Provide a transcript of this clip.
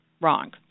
wrong